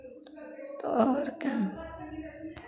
तो और क्या